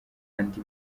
andi